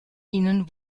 ihnen